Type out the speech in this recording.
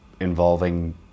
involving